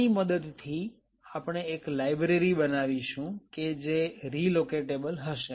આની મદદથી આપણે એક લાયબ્રેરી બનાવીશું કે જે રીલોકેટેબલ હશે